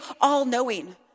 all-knowing